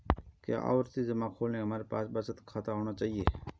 क्या आवर्ती जमा खोलने के लिए हमारे पास बचत खाता होना चाहिए?